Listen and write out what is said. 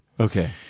Okay